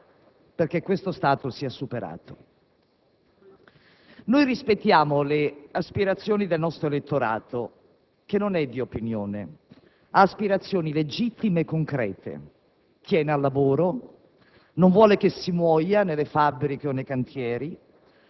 e chiediamo proprio al Governo di operare con urgenza perché questo stato sia superato. Rispettiamo le aspirazioni del nostro elettorato, che non è di opinione; sono aspirazioni legittime e concrete: tiene al lavoro;